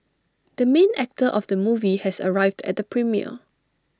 the main actor of the movie has arrived at the premiere